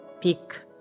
pick